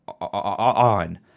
on